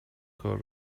کار